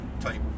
type